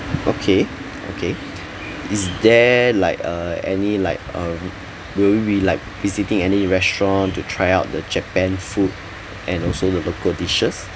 okay okay is there like uh any like um will we be like visiting any restaurant to try out the japan food and also the local dishes